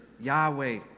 Yahweh